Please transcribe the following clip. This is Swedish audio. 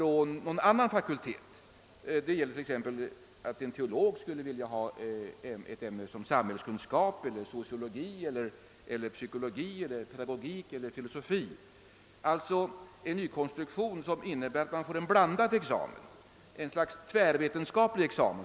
En teolog skulle t.ex. vilja ha med i examen ett sådant ämne som samhällskunskap, sociologi, psykologi, pedagogik eller filosofi och det skulle alltså bli en nykonstruktion som innebär att man får en blandad examen, ett slags tvärvetenskaplig examen.